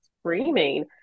screaming